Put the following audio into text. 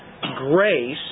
grace